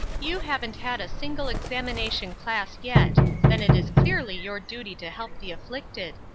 you haven't had a single examination class yet then it is clearly your duty to help the afflicted.